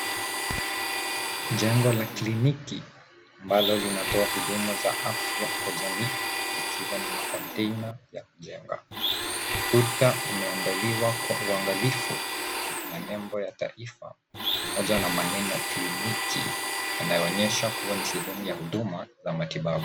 Jengo la kliniki ambalo linatoa huduma za afya kwa jamii likiwa ni makontena ya kujenga. Kuta umeandaliwa kwa uangalifu na kuna nembo ya taifa pamoja na maneno kliniki yanayoonyesha kuwa ni sehemu ya huduma za matibabu.